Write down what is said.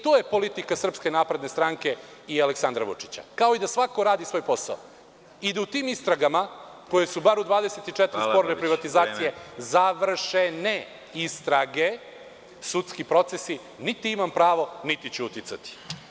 To je politika SNS i Aleksandra Vučića, kao i da svako radi svoj posao i da u tim istragama, koje su bar u 24 sporne privatizacije završene istrage, sudski procesi, niti imam pravo, niti ću uticati.